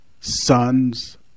Sons